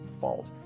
fault